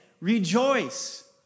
Rejoice